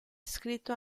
scritto